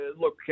Look